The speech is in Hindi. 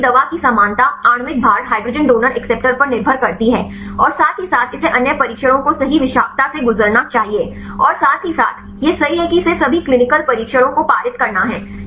साथ ही दवा की समानता आणविक भार हाइड्रोजन डोनर अक्सेप्टर पर निर्भर करती है और साथ ही साथ इसे अन्य परीक्षणों को सही विषाक्तता से गुजारना चाहिए और साथ ही साथ यह सही है कि इसे सभी क्लीनिकल परीक्षणों को पारित करना है